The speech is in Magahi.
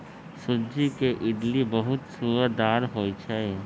सूज्ज़ी के इडली बहुत सुअदगर होइ छइ